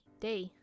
day